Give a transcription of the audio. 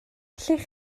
allech